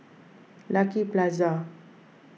Lucky Plaza